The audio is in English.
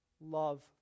love